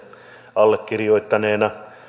allekirjoittaneena